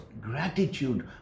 gratitude